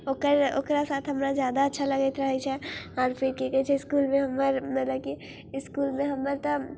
ओकर ओकरा साथ हमरा जादाअच्छा लगैत रहै छै तहन फिर कि कहै छै इसकुलमे हमर मतलब इसकुल मे हमर तऽ